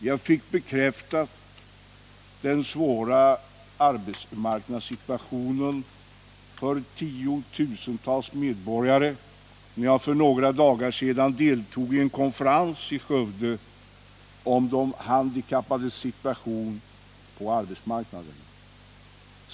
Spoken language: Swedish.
Jag fick bekräftat hur svår arbetsmarknadssituationen är för tiotusentals medborgare när jag för några dagar sedan deltog i en konferens i Skövde om de handikappades situation på arbetsmarknaden.